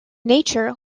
nature